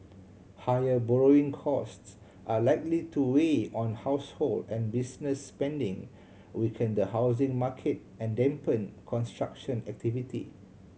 higher borrowing costs are likely to weigh on household and business spending weaken the housing market and dampen construction activity